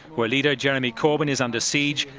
where leader jeremy corbyn is under siege,